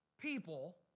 people